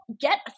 get